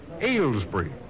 Aylesbury